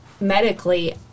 medically